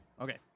Okay